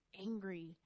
angry